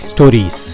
Stories